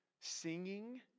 Singing